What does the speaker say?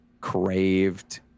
craved